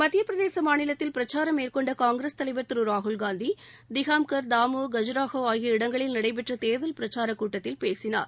மத்தியப்பிரதேச மாநிலத்தில் பிரச்சாரம் மேற்கொண்ட காங்கிரஸ் தலைவர் திரு ராகுல்காந்தி திகாம்கர் தாமோ கஜராகோ ஆகிய இடங்களில் நடைபெற்ற தேர்தல் பிரச்சாரக் கூட்டத்தில் பேசினார்